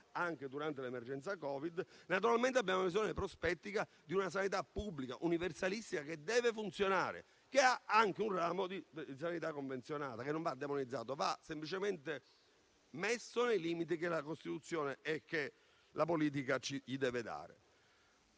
anche durante l'emergenza Covid. Naturalmente, abbiamo la visione prospettica di una sanità pubblica e universalistica che deve funzionare, che ha anche un ramo di sanità convenzionata. Tale ramo non va demonizzato, va semplicemente messo nei limiti che la Costituzione e la politica gli devono dare.